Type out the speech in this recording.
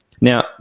Now